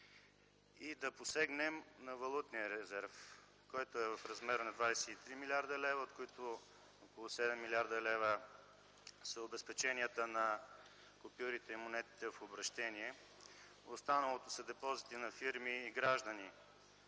и да посегнем на валутния резерв, който е в размер на 23 млрд. лв., от които около 7 млрд. лв. са обезпеченията на копюрите и монетите в обръщение. Останалото са депозити на фирми и граждани.